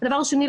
והדבר השני,